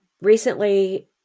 recently